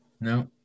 no